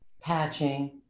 patching